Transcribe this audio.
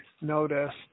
noticed